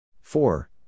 four